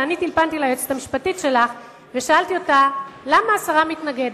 אבל אני טלפנתי ליועצת המשפטית שלך ושאלתי אותה: למה השרה מתנגדת?